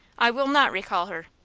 i will not recall her.